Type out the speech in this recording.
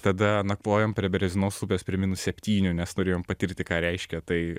tada nakvojom prie berezinos upės prie minus septynių nes norėjom patirti ką reiškia tai